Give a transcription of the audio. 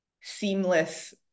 seamless